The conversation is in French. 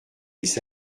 les